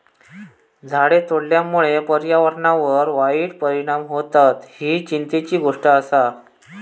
झाडे तोडल्यामुळे पर्यावरणावर वाईट परिणाम होतत, ही चिंतेची गोष्ट आसा